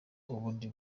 ubundi